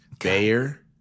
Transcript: Bayer